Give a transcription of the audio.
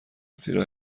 زیرا